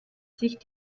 sich